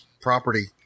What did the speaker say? property